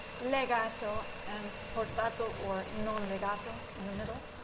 legato and portato or non-legato in the middle,